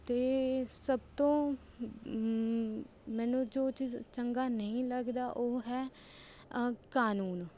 ਅਤੇ ਸਭ ਤੋਂ ਮੈਨੂੰ ਜੋ ਚੀਜ਼ ਚੰਗਾ ਨਹੀਂ ਲੱਗਦਾ ਉਹ ਹੈ ਕਾਨੂੰਨ